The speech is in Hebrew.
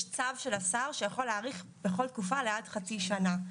יש צו של שר האוצר שיכול להאריך בכל תקופה לעד חצי שנה,